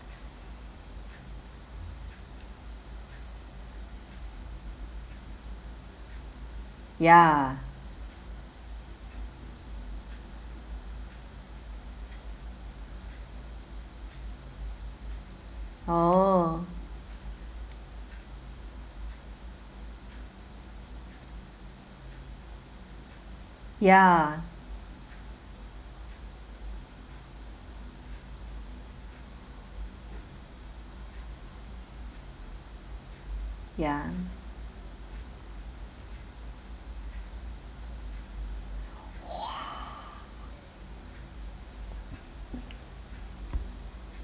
ya oo ya ya